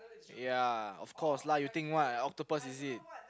ya of course lah you think what I octopus is it